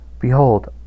behold